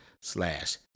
slash